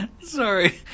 sorry